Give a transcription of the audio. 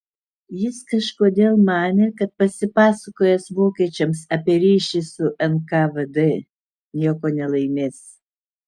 jis kažkodėl manė kad pasipasakojęs vokiečiams apie ryšį su nkvd nieko nelaimės